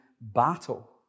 battle